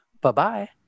Bye-bye